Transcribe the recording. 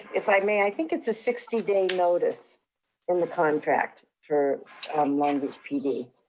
if i may, i think it's a sixty day notice from the contract for long beach pd.